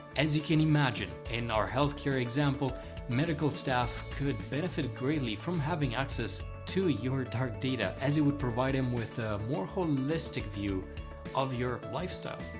as you can imagine in our healthcare example medical staff could benefit greatly from having access to your dark data as it would provide them with a more holistic view of your lifestyle.